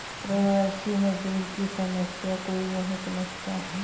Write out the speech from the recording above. प्रवासी मजदूर की समस्या कोई नहीं समझता